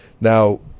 Now